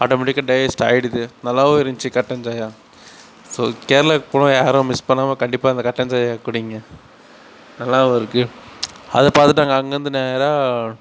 ஆட்டோமெட்டிக்காக டைஜெஸ்ட் ஆகிடுது நல்லாவும் இருந்துச்சி கட்டன் சாயா ஸோ கேரளாக்கு போனால் யாரும் மிஸ் பண்ணாமல் கண்டிப்பாக அந்த கட்டன் சாயா குடிங்க நல்லாவும் இருக்குது அதை பார்த்துட்டு நாங்கள் அங்கேருந்து நேராக